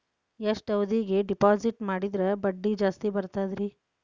ಎಷ್ಟು ಅವಧಿಗೆ ಡಿಪಾಜಿಟ್ ಮಾಡಿದ್ರ ಬಡ್ಡಿ ಜಾಸ್ತಿ ಬರ್ತದ್ರಿ?